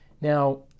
Now